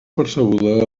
percebuda